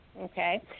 okay